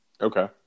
Okay